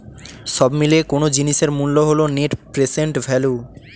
সব মিলিয়ে কোনো জিনিসের মূল্য হল নেট প্রেসেন্ট ভ্যালু